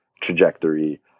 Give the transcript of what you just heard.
trajectory